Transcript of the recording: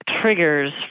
triggers